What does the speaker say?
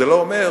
זה לא אומר,